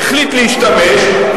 שהחליט להשתמש,